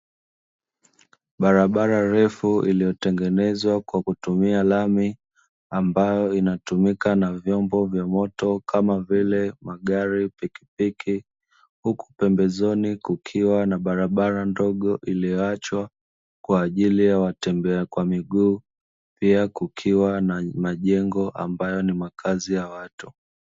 Barabara refu iliyotengenezwa kwa kutumia lami, ambayo inatumika na vyombo vya moto kama vile magari, pikipiki huku pembezoni kukiwa na barabara ndogo iliyoachwa kwa ajili ya watembelea kwa miguu. Pia kukiwa na majengo ambayo ni makazi ya watu.